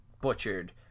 butchered